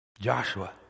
Joshua